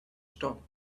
stopped